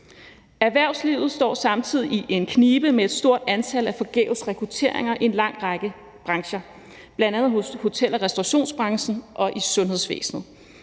Erhvervslivet står samtidig i en knibe med et stort antal af forgæves rekrutteringer i en lang række brancher, bl.a. i hotel- og restaurationsbranchen og sundhedsvæsenet.